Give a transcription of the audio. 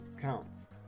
Counts